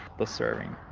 the serving.